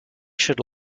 should